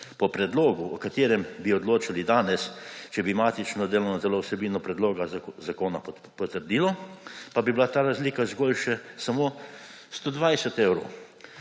Po predlogu, o katerem bi odločali danes, če bi matično delovno telo vsebino predloga zakona potrdilo, pa bi bila ta razlika zgolj še samo še 120 evrov.